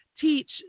teach